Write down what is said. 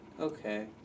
okay